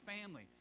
family